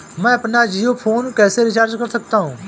मैं अपना जियो फोन कैसे रिचार्ज कर सकता हूँ?